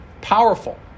powerful